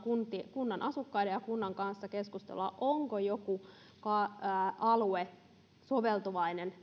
kunnan asukkaiden ja kunnan kanssa keskustelua siitä onko joku kunnan alue soveltuvainen